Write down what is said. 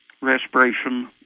respiration